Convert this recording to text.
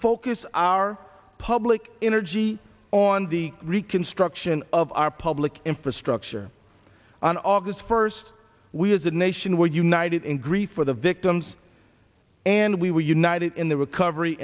focus our public inner g e on the reconstruction of our public infrastructure on august first we as a nation were united in grief for the victims and we were united in the recovery